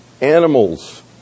animals